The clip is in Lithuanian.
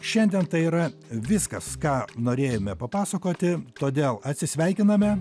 šiandien tai yra viskas ką norėjome papasakoti todėl atsisveikiname